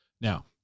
Now